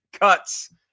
cuts